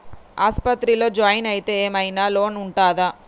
ఆస్పత్రి లో జాయిన్ అయితే ఏం ఐనా లోన్ ఉంటదా?